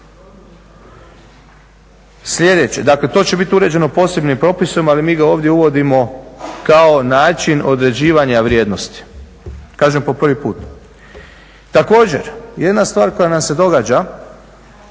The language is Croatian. Sljedeće, dakle to će biti uređeno posebnim propisom, ali mi ga ovdje uvodimo kao način određivanja vrijednosti, kažem po prvi put. Također jedna stvar koja nam se događa,